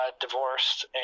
divorced